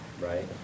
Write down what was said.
right